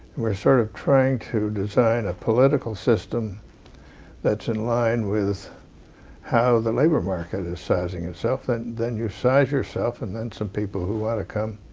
we're sort of trying to design a political system that's in line with how the labor market is sizing itself, then then you size yourself and then some people who want to come,